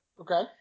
Okay